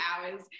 hours